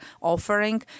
offering